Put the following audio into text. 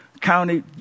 County